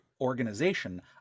organization